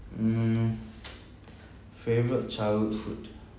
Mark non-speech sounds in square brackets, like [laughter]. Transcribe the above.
mm [noise] favourite childhood food